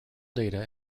data